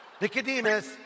Nicodemus